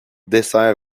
dessert